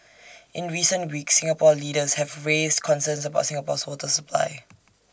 in recent weeks Singapore leaders have raised concerns about Singapore's water supply